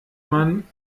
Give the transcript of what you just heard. man